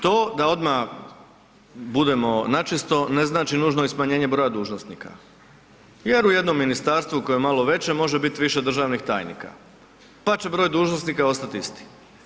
To da odma budemo načisto, ne znači nužno i smanjenje broja dužnosnika jer u jednom ministarstvu koje je malo veće može bit više državnih tajnika, pa će broj dužnosnika ostat isti.